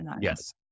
Yes